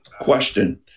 question